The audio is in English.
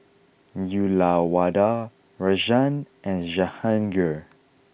Uyyalawada Rajan and Jehangirr